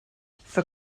for